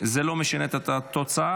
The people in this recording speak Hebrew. לא משנה את התוצאה.